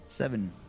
Seven